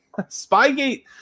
Spygate –